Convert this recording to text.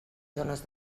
zones